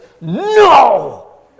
No